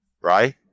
right